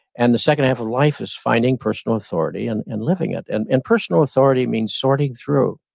and the second half of life is finding personal authority and and living it. and and personal authority means sorting through